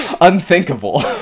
Unthinkable